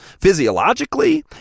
physiologically